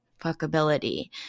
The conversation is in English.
fuckability